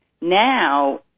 Now